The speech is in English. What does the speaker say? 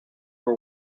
were